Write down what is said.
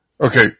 Okay